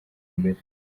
imbere